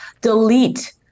delete